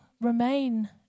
remain